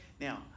Now